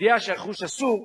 בידיעה שהרכוש אסור,